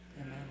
Amen